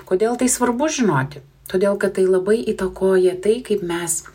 kodėl tai svarbu žinoti todėl kad tai labai įtakoja tai kaip mes